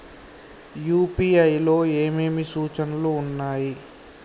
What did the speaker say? UPI లో ఏమేమి సూచనలు ఉన్నాయి?